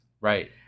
Right